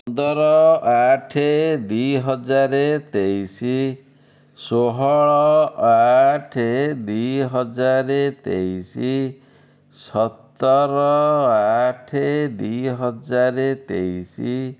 ପନ୍ଦର ଅଠ ଦୁଇ ହଜାର ତେଇଶ ଷୋହଳ ଅଠ ଦୁଇ ହଜାର ତେଇଶ ସତର ଅଠ ଦୁଇ ହଜାର ତେଇଶ